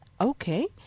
okay